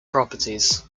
properties